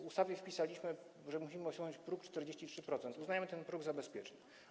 W ustawie wpisaliśmy, że musimy osiągnąć próg 43%, uznajemy ten próg za bezpieczny.